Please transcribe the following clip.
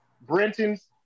Brenton's